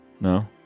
No